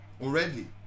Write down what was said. already